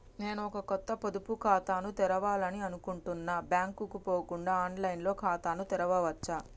నేను ఒక కొత్త పొదుపు ఖాతాను తెరవాలని అనుకుంటున్నా బ్యాంక్ కు పోకుండా ఆన్ లైన్ లో ఖాతాను తెరవవచ్చా?